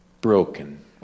broken